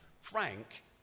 Frank